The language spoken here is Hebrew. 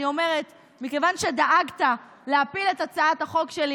אני אומרת שמכיוון שדאגת להפיל את הצעת החוק שלי,